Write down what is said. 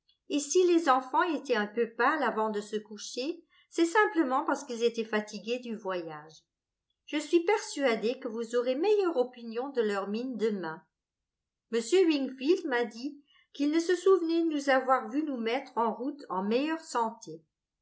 et si les enfants étaient un peu pâles avant de se coucher c'est simplement parce qu'ils étaient fatigués du voyage je suis persuadée que vous aurez meilleure opinion de leur mine demain m wingfield m'a dit qu'il ne se souvenait nous avoir vus nous mettre en route en meilleure santé